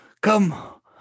Come